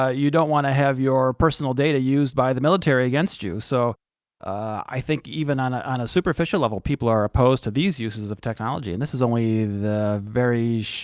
ah you don't want to have your personal data used by the military against you, so i think even on ah on a superficial level people are opposed to these uses of technology. and this is only the very,